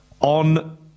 on